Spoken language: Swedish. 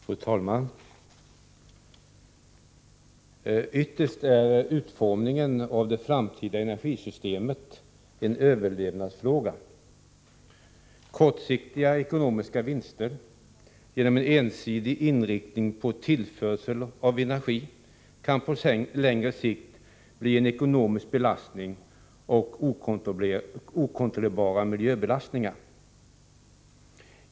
Fru talman! Ytterst är utformningen av det framtida energisystemet en överlevnadsfråga. Kortsiktiga ekonomiska vinster genom en ensidig inriktning på tillförsel av energi kan på längre sikt bli en ekonomisk belastning och leda till okontrollerbara miljöbelastningar.